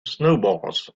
snowballs